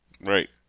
Right